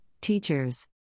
Teachers